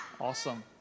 Awesome